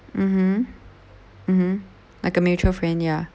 mmhmm mmhmm like a mutual friend ya